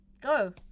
go